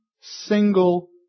single